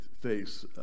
face